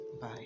Bye